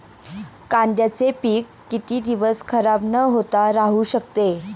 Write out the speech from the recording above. कांद्याचे पीक किती दिवस खराब न होता राहू शकते?